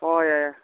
ꯍꯣꯏ ꯍꯣꯏ ꯌꯥꯏ ꯌꯥꯏ